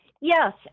Yes